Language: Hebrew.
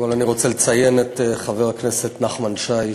אני רוצה לציין את חבר הכנסת נחמן שי,